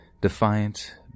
defiant